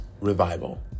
Revival